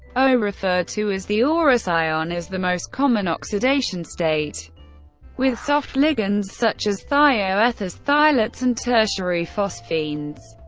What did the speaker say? au, referred to as the ah aurous ion, is the most common oxidation oxidation state with soft ligands such as thioethers, thiolates, and tertiary phosphines.